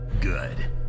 good